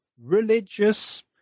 religious